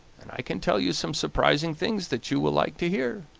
and i can tell you some surprising things that you will like to hear.